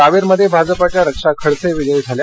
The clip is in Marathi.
रावेरमध्ये भाजपाच्या रक्षा खडसे विजयी झाल्या